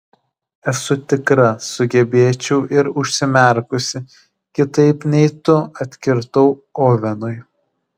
esu tikra sugebėčiau ir užsimerkusi kitaip nei tu atkirtau ovenui